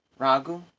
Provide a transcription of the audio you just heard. Ragu